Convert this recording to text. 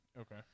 Okay